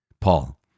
Paul